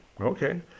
Okay